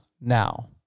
now